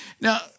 Now